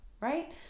Right